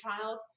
child